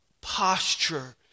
posture